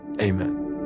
amen